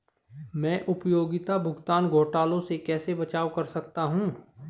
मैं उपयोगिता भुगतान घोटालों से कैसे बचाव कर सकता हूँ?